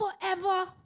forever